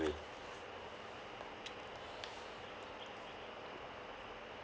me